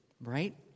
right